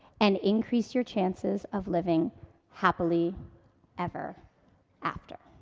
and increase your chances of living happily ever after?